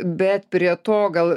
bet prie to gal